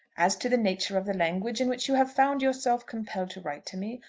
as to the nature of the language in which you have found yourself compelled to write to me,